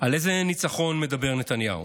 על איזה ניצחון מדבר נתניהו,